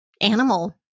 animal